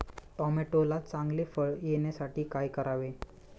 टोमॅटोला चांगले फळ येण्यासाठी काय करावे?